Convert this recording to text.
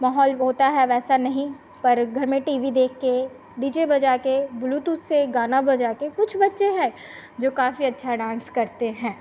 माहोल वह होता है वैसा नहीं पर घर में टी वी देखकर डी जे बजाकर ब्लुटूथ से गाना बजाकर कुछ बच्चे हैं जो काफ़ी अच्छा डान्स करते हैं